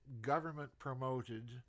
government-promoted